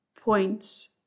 points